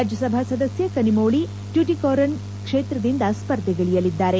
ರಾಜ್ಯ ಸಭಾ ಸದಸ್ಯೆ ಕನ್ನಿಮೋಳಿ ಟ್ಕೂಟಿಕಾರಿನ್ ಕ್ಷೇತ್ರದಿಂದ ಸ್ಪರ್ಧೆಗಿಳಿಯಲಿದ್ದಾರೆ